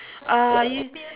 uh are you